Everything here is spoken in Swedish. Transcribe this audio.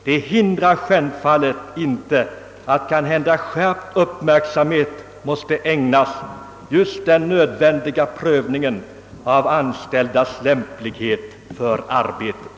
Detta hindrar dock självfallet inte att skärpt uppmärksamhet kanhända måste ägnas den nödvändiga prövningen av personalens lämplighet för arbetet.